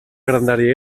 grandària